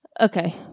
okay